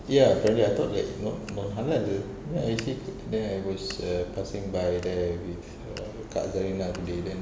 ya apparently I thought like not non-halal then I see then I was err passing by there with err kak zarina today then